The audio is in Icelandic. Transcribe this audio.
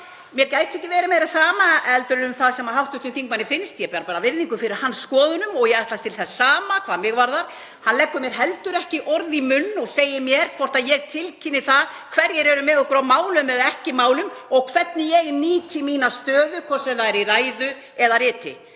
Mér gæti ekki verið meira sama um það sem hv. þingmanni finnst. Ég ber virðingu fyrir hans skoðunum og ég ætlast til þess sama hvað mig varðar. Hann leggur mér heldur ekki orð í munn og segir mér hvort ég tilkynni það hverjir eru með okkur á málum eða ekki og hvernig ég nýti mína stöðu, hvort sem það er í ræðu eða riti.